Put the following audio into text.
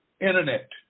internet